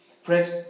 Friends